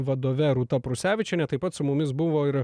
vadove rūta prusevičiene taip pat su mumis buvo ir